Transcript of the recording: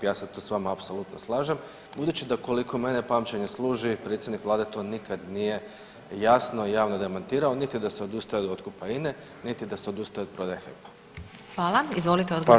Ja se tu s vama apsolutno slažem, budući da koliko mene pamćenje služi predsjednik Vlade to nikad nije jasno javno demantirao niti da se odustaje od otkupa INA-e niti da se odustaje od otkupa HEP-a.